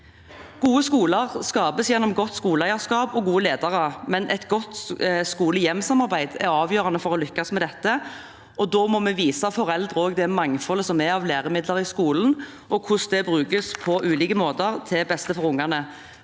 Gode skoler skapes gjennom godt skoleeierskap og gode ledere, men et godt skole–hjem-samarbeid er avgjørende for å lykkes med dette, og da må vi vise foreldre det mangfoldet som er av læremidler i skolen, og hvordan de brukes på ulike måter til beste for ungene.